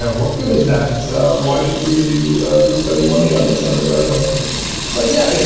ah what good is that? so why should we be spending money on this? but it's like, yeah,